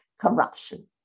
corruption